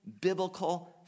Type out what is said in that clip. biblical